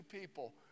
people